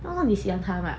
那么你喜欢他 right